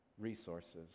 resources